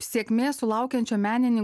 sėkmės sulaukiančio menininko